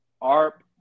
ARP